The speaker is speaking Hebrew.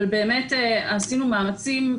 אבל באמת עשינו מאמצים,